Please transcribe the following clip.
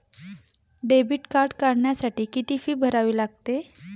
Debit card काढण्यासाठी किती fee भरावी लागते?